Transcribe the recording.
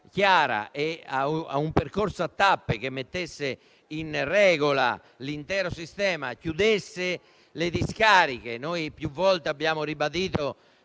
chiara e un percorso a tappe che mettesse in regola l'intero sistema e chiudesse le discariche. Noi più volte abbiamo ribadito